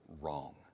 wrong